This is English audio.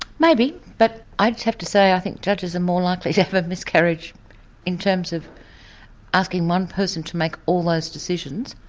maybe, but i'd have to say i think judges are more likely to have a miscarriage in terms of asking one person to make all those decisions,